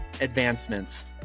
advancements